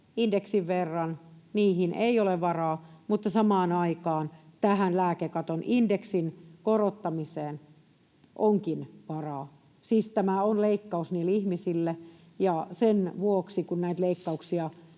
indeksin verran, niihin ei ole varaa, mutta tähän lääkekaton indeksin korottamiseen onkin varaa. Siis tämä on leikkaus niille ihmisille, ja sen vuoksi, kun näitä leikkauksia